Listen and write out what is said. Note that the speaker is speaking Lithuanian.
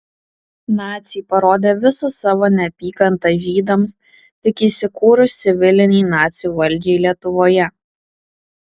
naciai parodė visą savo neapykantą žydams tik įsikūrus civilinei nacių valdžiai lietuvoje